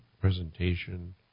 presentation